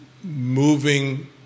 Moving